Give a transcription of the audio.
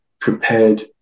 prepared